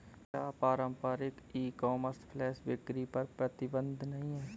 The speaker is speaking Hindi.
क्या पारंपरिक ई कॉमर्स फ्लैश बिक्री पर प्रतिबंध नहीं है?